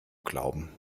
glauben